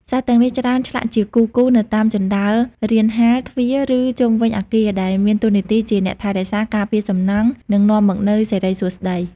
សត្វទាំងនេះ ច្រើនឆ្លាក់ជាគូៗនៅតាមជណ្តើររានហាល ទ្វារ ឬជុំវិញអគារ ដែលមានតួនាទីជាអ្នកថែរក្សា ការពារសំណង់ និងនាំមកនូវសិរីសួស្តី។